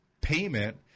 payment